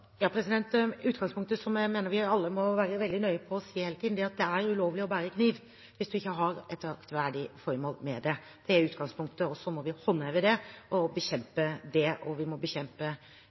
Utgangspunktet, som jeg mener vi alle må være veldig nøye med å se hele tiden, er at det er ulovlig å bære kniv hvis man ikke har et aktverdig formål med det. Det er utgangspunktet, og vi må håndheve det og bekjempe all kriminalitet som utføres med kniv og andre farlige gjenstander. Vi